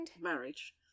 marriage